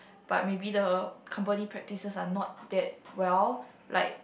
but maybe the company practices are not that well like